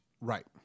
right